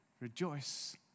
rejoice